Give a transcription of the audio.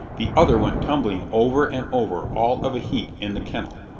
the other went tumbling over and over all of a heap in the kennel,